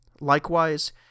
Likewise